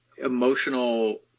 emotional